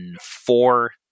four